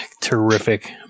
terrific